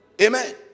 Amen